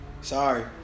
Sorry